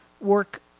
work